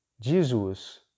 Jesus